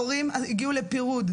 ההורים הגיעו לפירוד.